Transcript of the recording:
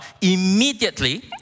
immediately